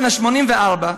בן 84,